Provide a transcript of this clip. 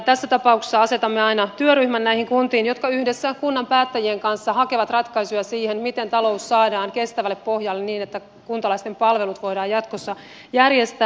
tässä tapauksessa asetamme näihin kuntiin aina työryhmät jotka yhdessä kunnan päättäjien kanssa hakevat ratkaisuja siihen miten talous saadaan kestävälle pohjalle niin että kuntalaisten palvelut voidaan jatkossa järjestää